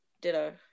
Ditto